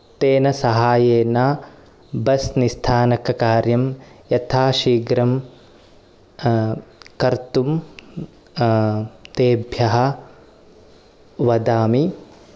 तेन सहाय्येन बस् निस्थानककार्यं यथाशीघ्रं कर्तुं तेभ्यः वदामि